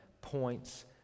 points